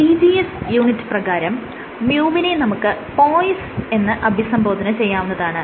CGS unit പ്രകാരം µ വിനെ നമുക്ക് പോയ്സ് എന്ന് അഭിസംബോധന ചെയ്യാവുന്നതാണ്